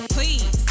Please